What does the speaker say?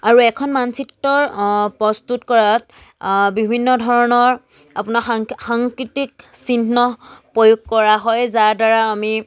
আৰু এখন মানচিত্ৰৰ প্ৰস্তুত কৰাত বিভিন্ন ধৰণৰ আপোনাৰ সাং সাংস্কৃতিক চিহ্ন প্ৰয়োগ কৰা হয় যাৰ দ্বাৰা আমি